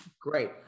great